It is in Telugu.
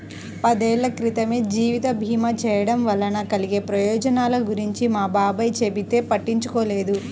పదేళ్ళ క్రితమే జీవిత భీమా చేయడం వలన కలిగే ప్రయోజనాల గురించి మా బాబాయ్ చెబితే పట్టించుకోలేదు